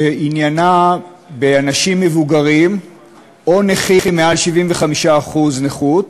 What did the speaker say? שעניינה אנשים מבוגרים או נכים מעל 75% נכות.